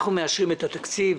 אנחנו מאשרים את התקציב,